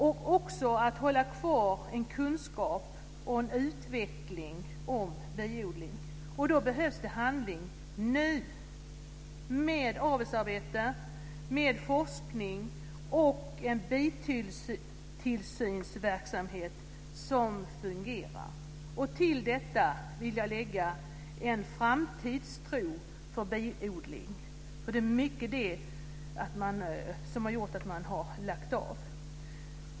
Vi vill hålla kvar en kunskap om och utveckling av biodlingen. Då behövs det handling nu, med avelsarbete, med forskning och en bitillsynsverksamhet som fungerar. Till detta vill jag lägga en framtidstro för biodling. Det är på grund av bristen på detta som man har lagt av.